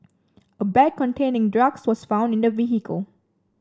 a bag containing drugs was found in the vehicle